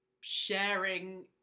sharing